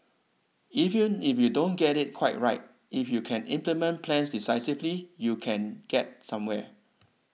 even if you don't get it quite right if you can implement plans decisively you can get somewhere